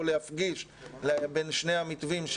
או להפגיש בין שני המתווים,